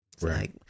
Right